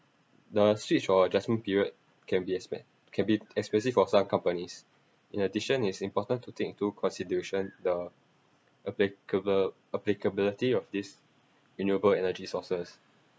the switch or adjustment period can be expen~ can be expensive for some companies in addition it's important to take into consideration the applicable applicability of this renewable energy sources